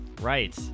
Right